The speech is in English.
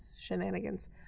shenanigans